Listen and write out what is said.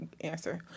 answer